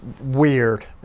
weird